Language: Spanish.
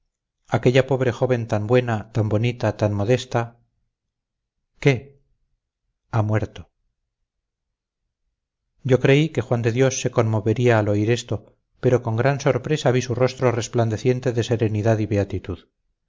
aquella pobre joven tan buena tan bonita tan modesta qué ha muerto yo creí que juan de dios se conmovería al oír esto pero con gran sorpresa vi su rostro resplandeciente de serenidad y beatitud